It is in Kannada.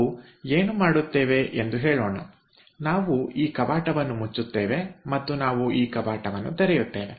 ನಾವು ಏನು ಮಾಡುತ್ತೇವೆ ಎಂದು ಹೇಳೋಣ ನಾವು ಈ ಕವಾಟವನ್ನು ಮುಚ್ಚುತ್ತೇವೆ ಮತ್ತು ನಾವು ಈ ಕವಾಟವನ್ನು ತೆರೆಯುತ್ತೇವೆ